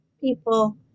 people